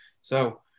So-